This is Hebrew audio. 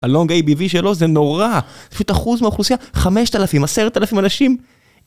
הלונג איי בי בי שלו זה נורא, פשוט אחוז מהאוכלוסייה, חמשת אלפים, עשרת אלפים אנשים